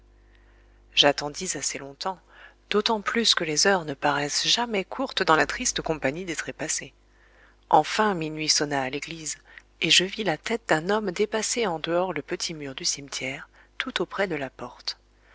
j'attendis assez longtemps d'autant plus que les heures ne paraissent jamais courtes dans la triste compagnie des trépassés enfin minuit sonna à l'église et je vis la tête d'un homme dépasser en dehors le petit mur du cimetière tout auprès de la porte